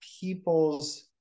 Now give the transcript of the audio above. people's